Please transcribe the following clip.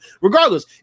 Regardless